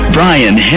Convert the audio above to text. Brian